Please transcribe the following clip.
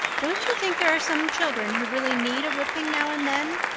don't you think there are some children who really need a whipping now and then?